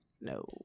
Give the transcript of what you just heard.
No